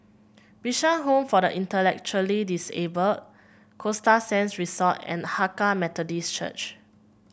Bishan Home for the Intellectually Disabled Costa Sands Resort and Hakka Methodist Church